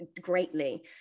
greatly